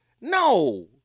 No